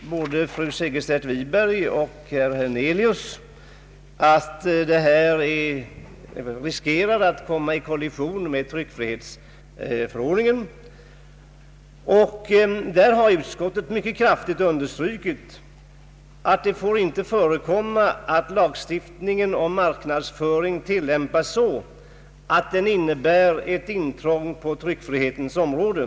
Både fru Segerstedt Wiberg och herr Hernelius har påstått att denna lag riskerar att komma i kollision med tryckfrihetsförordningen. Utskottet har mycket kraftigt understrukit att det inte får förekomma att lagstiftningen om otillbörlig marknadsföring tillämpas så att den innebär ett intrång på tryckfrihetens område.